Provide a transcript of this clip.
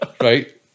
Right